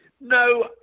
No